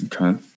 Okay